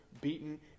beaten